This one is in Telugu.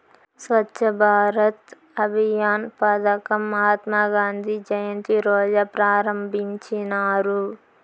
స్వచ్ఛ భారత్ అభియాన్ పదకం మహాత్మా గాంధీ జయంతి రోజా ప్రారంభించినారు